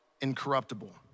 incorruptible